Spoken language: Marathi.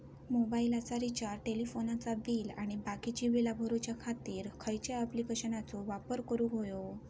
मोबाईलाचा रिचार्ज टेलिफोनाचा बिल आणि बाकीची बिला भरूच्या खातीर खयच्या ॲप्लिकेशनाचो वापर करूक होयो?